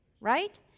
right